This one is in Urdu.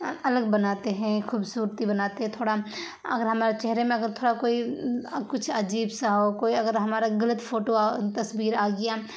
الگ بناتے ہیں خوبصورتی بناتے تھوڑا اگر ہمارے چہرے میں اگر تھوڑا کوئی کچھ عجیب سا ہو کوئی اگر ہمارا غلط فوٹو اور تصویر آ گیا